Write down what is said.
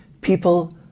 people